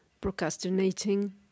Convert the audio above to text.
procrastinating